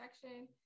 section